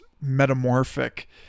metamorphic